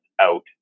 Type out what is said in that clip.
out